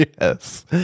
yes